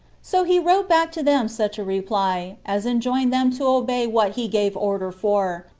so he wrote back to them such a reply as enjoined them to obey what he gave order for,